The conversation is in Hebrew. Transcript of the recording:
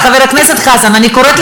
אז "דאעש" קודם כול,